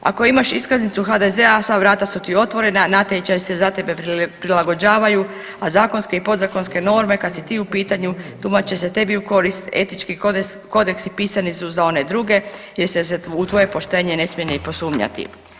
Ako imaš iskaznicu HDZ-a sva vrata su ti otvorena, natječaji se za tebe prilagođavaju, a zakonske i podzakonske norme kad si ti u pitanju tumače se tebi u korist, Etički kodeksi pisani su za one druge jer se u tvoje poštenje ne smije ni posumnjati.